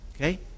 Okay